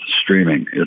streaming